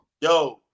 Yo